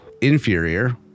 inferior